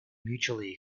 mutually